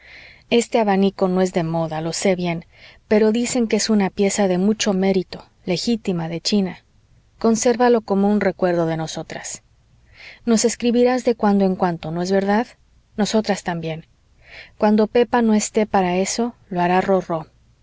este abanico no es de moda lo sé bien pero dicen que es una pieza de mucho mérito legítima de china consérvalo como un recuerdo de nosotras nos escribirás de cuando en cuando no es verdad nosotras también cuando pepa no esté para eso lo hará rorró